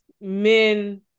men